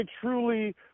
truly –